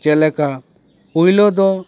ᱪᱮᱫ ᱞᱮᱠᱟ ᱯᱳᱭᱞᱳ ᱫᱚ